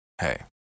Hey